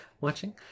watching